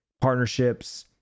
partnerships